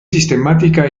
sistemática